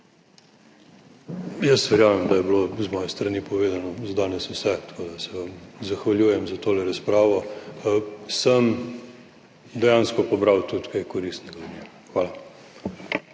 Jaz verjamem, da je bilo z moje strani povedano za danes vse, tako da se vam zahvaljujem za tole razpravo. Sem dejansko pobral tudi kaj koristnega v njej. Hvala.